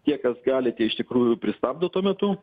tie kas galite iš tikrųjų pristabdo tuo metu